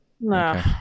No